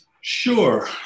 Sure